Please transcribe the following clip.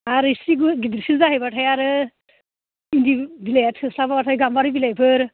आरो एसे गि गिदिरसिन जाहैबाथाय आरो इन्दि बिलाइआ थोस्लाबाबाथाय गाम्बारि बिलाइफोर